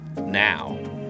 now